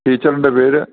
ടീച്ചറിൻ്റെ പേര്